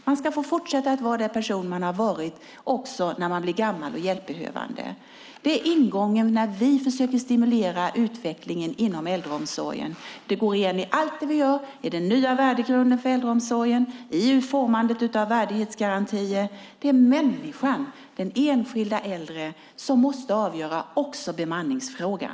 Man ska få fortsätta vara den person man har varit också när man blir gammal och hjälpbehövande. Det är ingången när vi försöker stimulera utvecklingen inom äldreomsorgen. Det går igen i allt vi gör: i den nya värdegrunden för äldreomsorgen och i utformandet av värdighetsgarantier. Det är människan, den enskilda äldre, som måste avgöra också bemanningsfrågan.